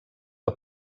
que